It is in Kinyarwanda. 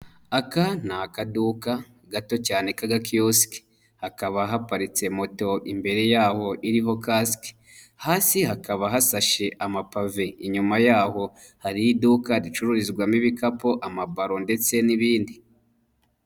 Aka ni akaduka gato cyane k'agakiyosike, hakaba haparitse moto imbere yaho iriho kasike, hasi hakaba hasashe amapave, inyuma yaho hari iduka ricururizwamo ibikapu, amabalo, ndetse n'ibindi.